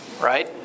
Right